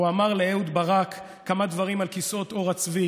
הוא אמר לאהוד ברק כמה דברים על כיסאות עור הצבי